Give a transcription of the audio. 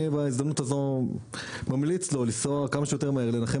בהזדמנות הזו אני ממליץ לו לנסוע כמה שיותר מהר לנחם